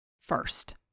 first